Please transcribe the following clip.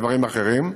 דברים אחרים.